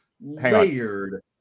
layered